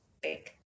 big